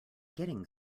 getting